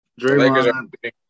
Draymond